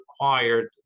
required